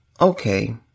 Okay